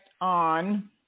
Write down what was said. on